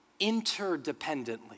interdependently